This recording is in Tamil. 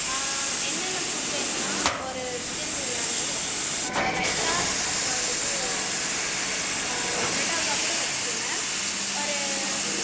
என்னென்ன ஃபுட் வேணும்ன்னா ஒரு சிக்கன் பிரியாணி ரைத்தா அப்றம் வந்துவிட்டு பிரட் அல்வா கூட வெச்சிருங்க ஒரு